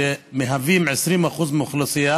שמהווים 20% מהאוכלוסייה